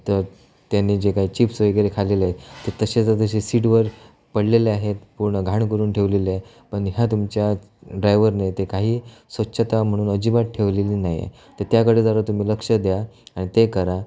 तर त्यांनी जे काय चिप्स वगैरे खाल्लेले आहे ते तसेच्या तसे सीटवर पडलेले आहेत पूर्ण घाण करून ठेवलेली आहे पण ह्या तुमच्या ड्रायव्हरने ते काही स्वच्छता म्हणून अजिबात ठेवलेली नाही आहे तर त्याकडे जरा तुम्ही लक्ष द्या आणि ते करा